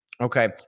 Okay